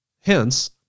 Hence